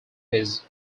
his